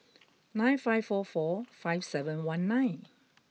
nine five four four five seven one nine